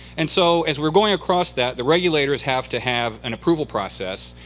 and so as we are going across that, the regulars have to have an approval process.